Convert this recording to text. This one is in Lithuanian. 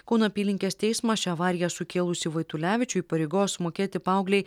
kauno apylinkės teismas šią avariją sukėlusį vaitulevičių įpareigos sumokėti paauglei